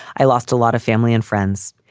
i lost a lot of family and friends.